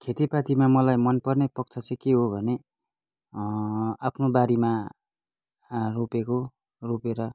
खेतीपातीमा मलाई मनपर्ने पक्ष चाहिँ के हो भने आफ्नो बारीमा रोपेको रोपेर